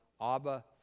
Abba